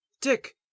dick